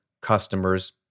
customers